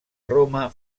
romà